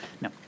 No